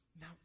Now